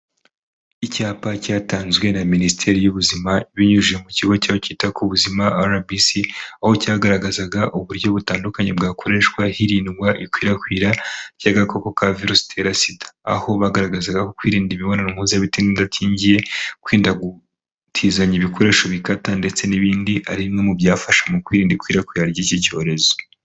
Icyapa cyatanzwe na minisiteri y'ubuzima ibinyujije mu kigo cyayo cyita ku buzima arabisi, aho cyagaragazaga uburyo butandukanye bwakoreshwa hirindwa ikwirakwira ry'agakoko ka virusi itera sida, aho bagaragazaga ko kwirinda imibonano mpuzabitsina idakingiye, kwirinda gutizanya ibikoresho bikata ndetse n'ibindi ari bimwe mu byafasha mu kwirinda ikwirakwira ry'iki cyorezo.